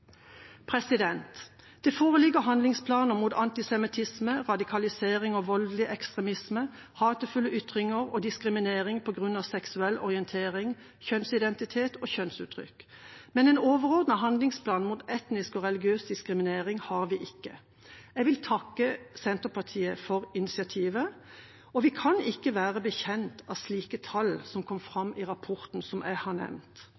Det foreligger handlingsplaner mot antisemittisme, radikalisering og voldelig ekstremisme, hatefulle ytringer og diskriminering på grunn av seksuell orientering, kjønnsidentitet og kjønnsuttrykk. Men en overordnet handlingsplan mot etnisk og religiøs diskriminering har vi ikke. Jeg vil takke Senterpartiet for initiativet. Vi kan ikke være bekjent av tallene som kom fram i rapportene jeg har nevnt.